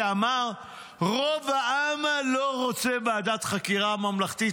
שאמר שרוב העם לא רוצה ועדת חקירה ממלכתית,